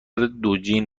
دوجین